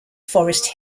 forest